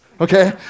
Okay